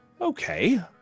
okay